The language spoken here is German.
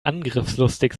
angriffslustig